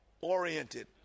oriented